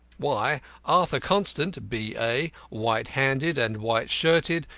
why arthur constant, b a white-handed and white-shirted,